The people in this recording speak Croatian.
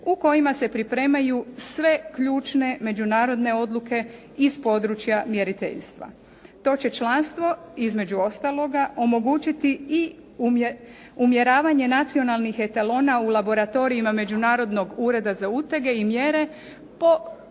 u kojima se pripremaju sve ključne, međunarodne odluke iz područja mjeriteljstva. To će članstvo između ostaloga omogućiti i umjeravanje nacionalnih etalona u laboratorijima Međunarodnog ureda za utege i mjere po